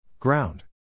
Ground